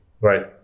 Right